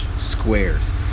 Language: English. squares